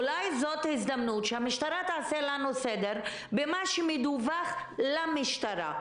אולי זאת הזדמנות שהמשטרה תעשה לנו סדר במה שמדווח למשטרה,